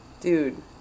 Dude